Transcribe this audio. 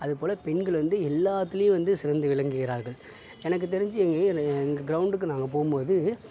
அதுபோல பெண்கள் வந்து எல்லாத்திலயும் வந்து சிறந்து விளங்குகிறார்கள் எனக்கு தெரிஞ்சு எங்கள் எங்கள் க்ரௌண்டுக்கு நாங்கள் போகும்போது